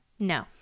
No